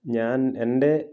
ഞാൻ എൻ്റെ